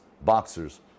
boxers